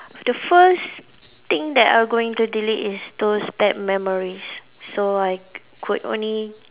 the first thing that I going to delete is those bad memories so I could only